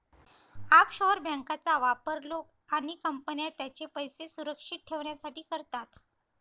offshore बँकांचा वापर लोक आणि कंपन्या त्यांचे पैसे सुरक्षित ठेवण्यासाठी करतात